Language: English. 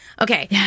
Okay